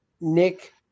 Nick